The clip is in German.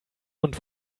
und